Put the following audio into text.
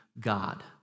God